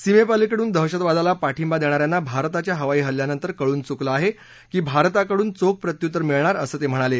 सीमेपलीकडून दहशतवादाला पाठिंबा देणा यांना भारताच्या हवाई हल्ल्यानंतर कळून चुकलं आहे की भारताकडून चोख प्रत्युत्तर मिळणार असं ते म्हणाले